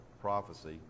prophecy